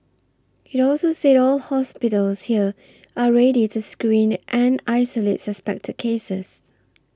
it also said all hospitals here are ready to screen and isolate suspected cases